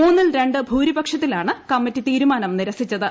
മൂന്നിൽ രണ്ടു ഭൂരിപക്ഷത്തിലാണ് കമ്മിറ്റി തീരുമാനം നിരസിച്ചത്